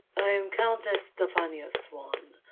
i am countess stefania swan.